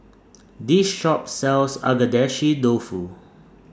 This Shop sells Agedashi Dofu